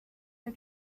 her